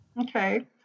Okay